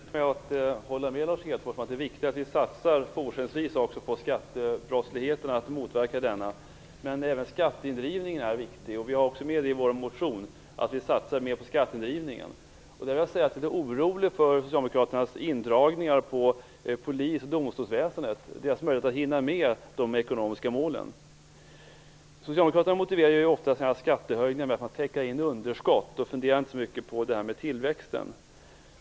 Fru talman! Det är inte svårt att hålla med Lars Hedfors om att det är viktigt att vi fortsättningsvis också satsar på att motverka skattebrottsligheten. Men även skatteindrivningen är viktig. Vi har med i vår motion mer av satsningar på skatteindrivning. Jag måste säga att jag är litet orolig över Socialdemokraternas indragningar beträffande polis och domstolsväsendet och deras möjligheter att hinna med de ekonomiska målen. Socialdemokraterna motiverar ofta sina skattehöjningar med att underskott täcks in. Man funderar inte så mycket på tillväxten.